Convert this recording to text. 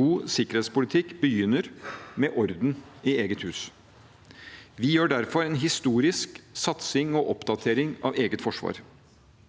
God sikkerhetspolitikk begynner med orden i eget hus. Vi gjør derfor en historisk satsing og oppdatering av eget forsvar.